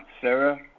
Sarah